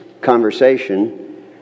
conversation